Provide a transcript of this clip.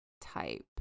type